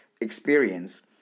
experience